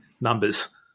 numbers